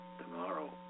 tomorrow